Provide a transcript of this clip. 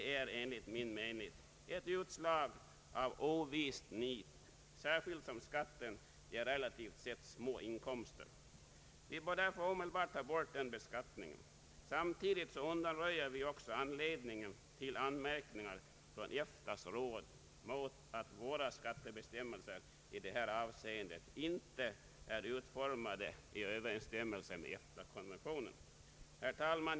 Jag säger detta också med tanke på att skatten ger relativt sett små inkomster. Vi bör därför omedelbart slopa denna beskattning. Därmed undanröjer vi också en anledning till an märkningar från EFTA:s råd mot att våra skattebestämmelser i detta avseende inte är utformade i överensstämmelse med EFTA-konventionen. Herr talman!